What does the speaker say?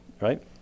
right